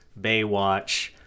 Baywatch